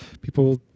people